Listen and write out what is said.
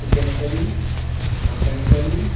chicken curry mutton curry